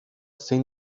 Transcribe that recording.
zein